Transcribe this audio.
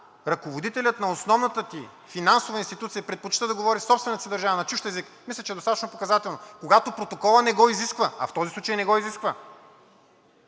ръководителят на основната ти финансова институция предпочита да говори в собствената си държава на чужд език, мисля, че е достатъчно показателно. Когато протоколът не го изисква, а в този случай не го изисква,